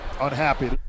unhappy